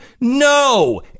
No